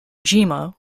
jima